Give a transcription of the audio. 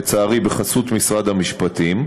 לצערי בחסות משרד המשפטים.